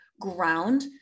ground